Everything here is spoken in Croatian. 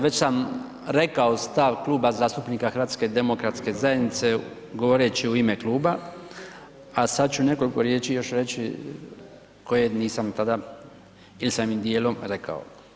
Već sam rekao stav Kluba zastupnika HDZ-a govoreći u ime kluba, a sada ću još nekoliko riječi reći koje nisam tada ili sam ih dijelom rekao.